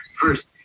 First